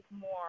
more